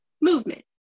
movement